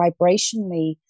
vibrationally